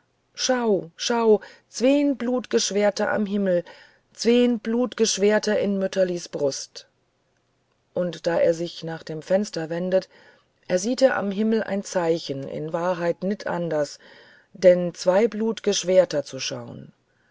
schau schau zween blutge schwerter am himmel zween blutge schwerter in mütterlis brust und da er sich nach dem fenster wendet ersieht er am himmel ein zeichen in wahrheit nit anders denn zwei blutge schwerter zu schaun